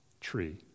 tree